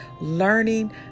learning